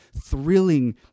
thrilling